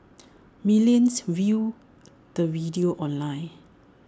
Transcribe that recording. millions viewed the video online